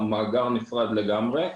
זה מאגר נפרד לגמרי.